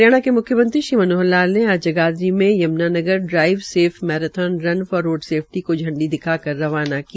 हरियाणा के म्ख्यमंत्री श्री मनोहर लाल ने आज जगाधरी में Yamunanagar driving safe marathon run for road safety को झंडी दिखाकर रवाना किया